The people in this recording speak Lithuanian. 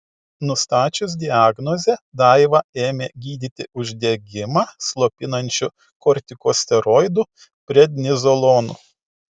nustačius diagnozę daivą ėmė gydyti uždegimą slopinančiu kortikosteroidu prednizolonu